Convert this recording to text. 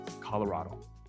Colorado